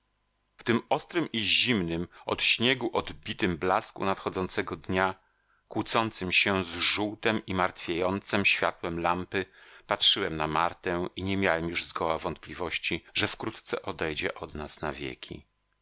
w tym ostrym i zimnym od śniegu odbitym blasku nadchodzącego dnia kłócącym się z żółtem i martwiejącem światłem lampy patrzyłem na martę i nie miałem już zgoła wątpliwości że wkrótce odejdzie od nas na wieki